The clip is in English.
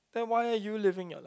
then why are you living your life